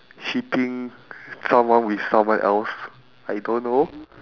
shipping someone with someone else I don't know